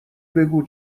بگو